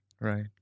right